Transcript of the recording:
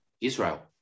Israel